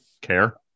care